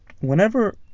whenever